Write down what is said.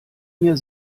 mir